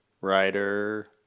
writer